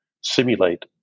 simulate